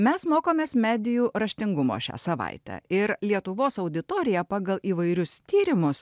mes mokomės medijų raštingumo šią savaitę ir lietuvos auditoriją pagal įvairius tyrimus